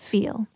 Feel